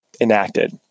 enacted